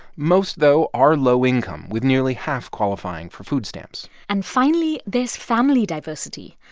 most, though, are low income, with nearly half qualifying for food stamps and finally, there's family diversity.